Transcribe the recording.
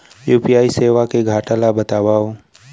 UPI सेवा के घाटा ल बतावव?